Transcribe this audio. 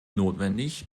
notwendig